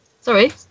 Sorry